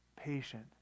patient